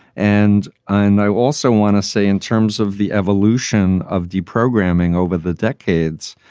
and i and i also want to say, in terms of the evolution of deprogramming over the decades,